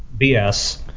BS